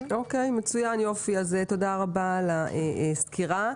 תודה רבה על הסקירה.